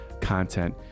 content